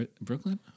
Brooklyn